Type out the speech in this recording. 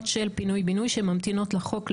של פינוי-בינוי שממתינות לחוק לאישור.